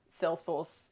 Salesforce